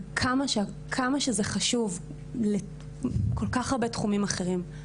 וכמה שזה חשוב לכל כך הרבה תחומים אחרים.